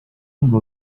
ngo